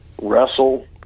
wrestle